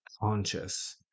conscious